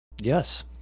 Yes